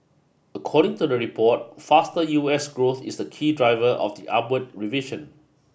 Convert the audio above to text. according to the report faster U S growth is the key driver of the upward revision